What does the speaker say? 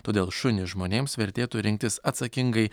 todėl šunį žmonėms vertėtų rinktis atsakingai